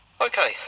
okay